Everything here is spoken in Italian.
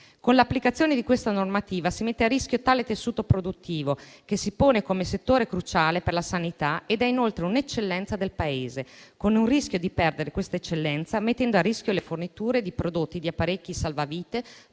Con l'applicazione di questa normativa si mettono a rischio tale tessuto produttivo - che si pone come settore cruciale per la sanità ed è inoltre un'eccellenza del Paese con il pericolo di perdere quest'eccellenza - le forniture di prodotti e di apparecchi salvavita